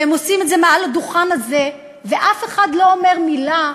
והם עושים את זה מעל הדוכן הזה ואף אחד לא אומר מילה,